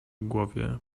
głowie